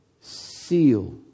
seal